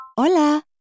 Hola